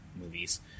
movies